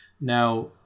Now